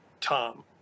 Tom